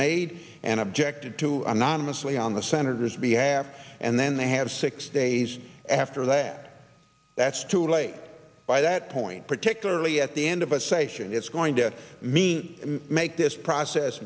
made and objected to anonymously on the senator's behalf and then they have six days after that that's too late by that point particularly at the end of a safe and it's going to mean make this process